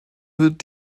wird